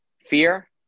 fear